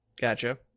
Gotcha